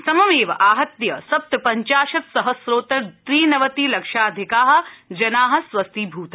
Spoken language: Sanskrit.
सममेव आहत्य सप्तपञ्चाशत् सहस्रोत्तर त्रिनवति लक्षाधिका जना स्वस्थीभूता